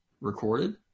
recorded